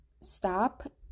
stop